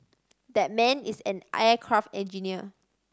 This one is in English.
that man is an aircraft engineer